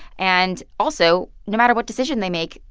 and also, no matter what decision they make,